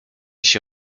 się